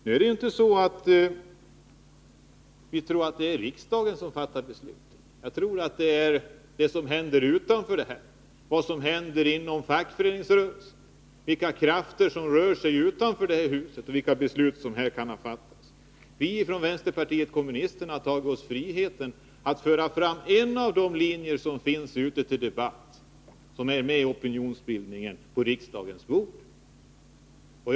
Det är inte så att vi tror att riksdagen fattar de avgörande besluten. Det är det som händer inom fackföreningsrörelsen och bland de krafter som rör sig utanför det här huset som har betydelse för vilka beslut som här kan fattas. Vi från vänsterpartiet kommunisterna tar oss friheten att föra fram på riksdagens bord förslag som överensstämmer med en av de linjer som är under debatt ute bland människorna och som alltså finns med i opinionsbildningen.